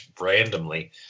randomly